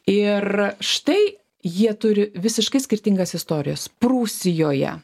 ir štai jie turi visiškai skirtingas istorijas prūsijoje